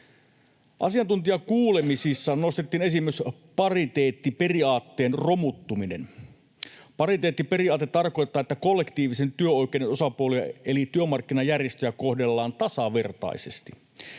Asiantuntijakuulemisissa nostettiin esiin myös pariteettiperiaatteen romuttuminen. Pariteettiperiaate tarkoittaa, että kollektiivisen työoikeuden osapuolia eli työmarkkinajärjestöjä kohdellaan tasavertaisesti.